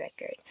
record